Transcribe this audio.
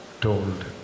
told